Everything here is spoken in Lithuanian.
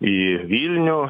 į vilnių